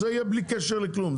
זה יהיה בלי קשר לכלום,